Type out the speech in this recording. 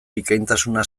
bikaintasuna